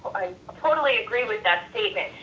i totally agree with that statement.